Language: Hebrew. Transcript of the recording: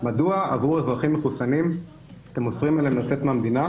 מדוע עבור אזרחים מחוסנים אתם אוסרים עליהם לצאת מהמדינה?